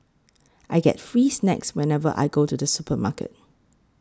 I get free snacks whenever I go to the supermarket